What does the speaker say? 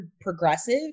progressive